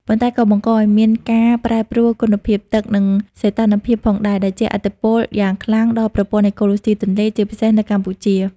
ប៉ុន្តែក៏បង្កឱ្យមានការប្រែប្រួលគុណភាពទឹក និងសីតុណ្ហភាពផងដែរ ដែលជះឥទ្ធិពលយ៉ាងខ្លាំងដល់ប្រព័ន្ធអេកូឡូស៊ីទន្លេ ជាពិសេសនៅកម្ពុជា។